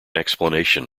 explanation